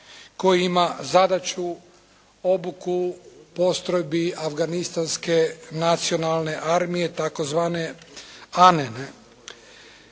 koji ima zadaću obuku postrojbi afganistanske nacionalne armije tzv. "Anne".